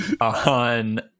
on